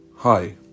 Hi